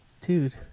dude